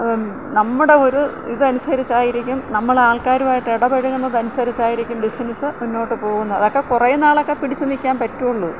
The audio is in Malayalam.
നമ്മുടെ ഒരു ഇത് അനുസരിച്ചായിരിക്കും നമ്മൾ ആൾക്കാരുമായിട്ട് ഇടപഴകുന്നത് അനുസരിച്ചായിരിക്കും ബിസിനസ് മുന്നോട്ട് പോവുന്നത് അതൊക്കെ കുറേ നാളൊക്കെ പിടിച്ചു നിൽക്കാൻ പറ്റുമുള്ളൂ